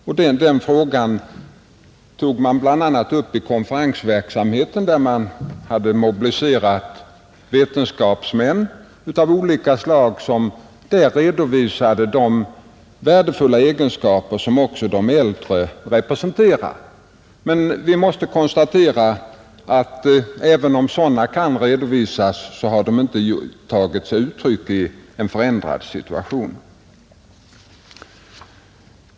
Bl.a. den frågan togs upp i konferensverksamheten, där man hade mobiliserat vetenskapsmän av olika slag, som redovisade de värdefulla egenskaper som också de äldre har. Men vi måste konstatera att även om sådana här initiativ kan redovisas har de inte tagit sig uttryck i en förändrad situation.